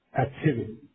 activity